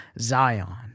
Zion